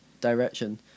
direction